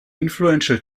influential